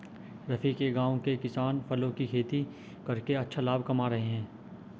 रफी के गांव के किसान फलों की खेती करके अच्छा लाभ कमा रहे हैं